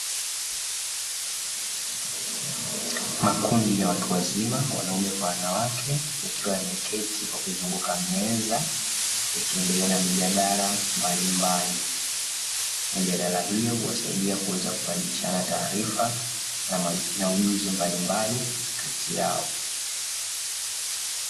Makundi ya watu wazima wanaume kwa wanawake yakiwa yameketi kwa kuzunguka meza yakiendelea na mijadala mbalimbali. Mijadala hiyo huwasaidia kuweza kubadilishana taarifa na ujuzi mbalimbali kati yao.